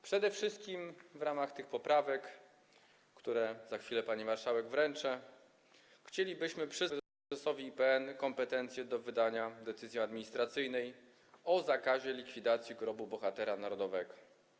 Przede wszystkim w ramach tych poprawek, które zaraz pani marszałek wręczę, chcielibyśmy przyznać prezesowi IPN kompetencje do wydania decyzji administracyjnej o zakazie likwidacji grobu bohatera narodowego.